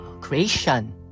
creation